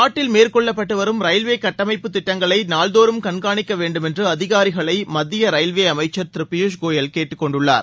நாட்டில் மேற்கொள்ளப்பட்டு வரும் ரயில்வே கட்டமைப்பு திட்டங்களை நாள்தோறும் கண்காணிக்க வேண்டும் என்று அதிகாரிகளை மத்திய ரயில்வே அமைச்சன் திரு பியூஸ் கோயல் கேட்டுக் கொண்டுள்ளார்